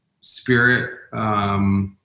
spirit